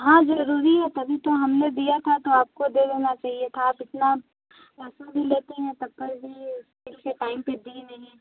हाँ जरुरी है तभी तो हमने दिया था तो आपको दे देना चाहिए था आप इतना पैसे भी लेती है तब पर भी इसे टाइम पे दी नहीं